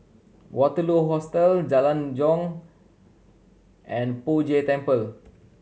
Waterloo Hostel Jalan Jong and Poh Jay Temple